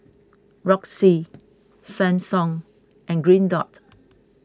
Roxy Samsung and Green Dot